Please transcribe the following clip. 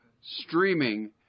streaming